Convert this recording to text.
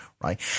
right